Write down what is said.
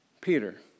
Peter